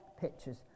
pictures